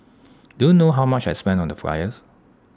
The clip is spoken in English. do you know how much I spent on the flyers